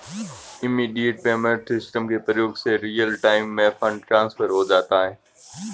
immediate payment system के प्रयोग से रियल टाइम में फंड ट्रांसफर हो जाता है